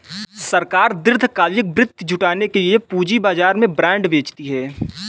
सरकार दीर्घकालिक वित्त जुटाने के लिए पूंजी बाजार में बॉन्ड बेचती है